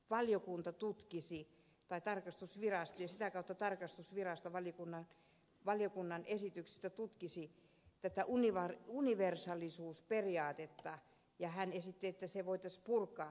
valiokunta tutkisi päätarkastusvirasto ja sitä kautta tarkastusvirasto valiokunnan esityksestä tutkisi tätä universaalisuusperiaatetta ja hän esitti että se voitaisiin purkaa